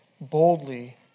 boldly